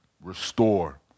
restore